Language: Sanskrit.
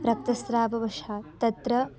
रक्तस्राववशात् तत्र